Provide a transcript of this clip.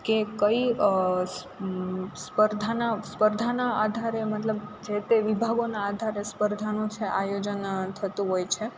કે કઈ સ્પર્ધાના આધારે મતલબ જેતે વિભાગોના આધારે સ્પર્ધાનું જે આયોજન થતું હોય છે